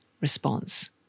response